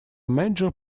major